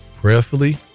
prayerfully